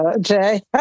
Jay